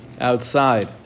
outside